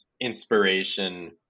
inspiration